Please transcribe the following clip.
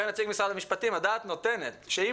אומר נציג משרד המשפטים: "הדעת נותנת שאם